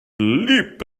leap